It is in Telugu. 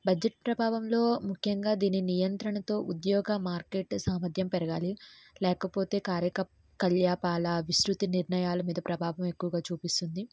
బడ్జెట్ ప్రభావంలో ముఖ్యంగా దీని నియంత్రణతో ఉద్యోగ మార్కెట్ సామర్ధ్యం పెరగాలి లేకపోతే కార్యకలాపాల విస్తృతి నిర్ణయాల మీద ప్రభావం ఎక్కువగా చూపిస్తుంది